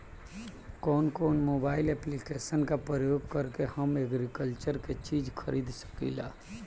कउन कउन mobile application का प्रयोग करके हम एग्रीकल्चर के चिज खरीद सकिला?